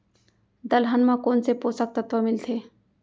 दलहन म कोन से पोसक तत्व मिलथे?